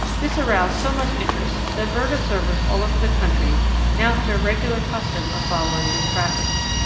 this aroused so much interest that bird observers all over the country now have a regular custom of following this practice.